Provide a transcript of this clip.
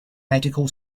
medical